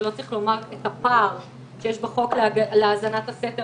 ולא צריך לומר את הפער שיש בחוק להאזנת סתר